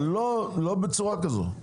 אבל לא בצורה כזאת.